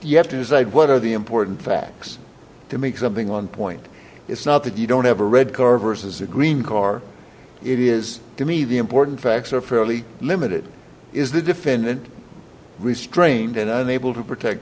you have to decide what are the important facts to make something on point it's not that you don't have a red car versus a green car it is to me the important facts are fairly limited is the defendant restrained and unable to protect